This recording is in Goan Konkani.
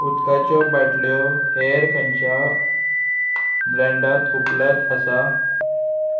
उदकाच्यो बाटल्यो हेर खंयच्या ब्रँडांत उपलब्ध आसा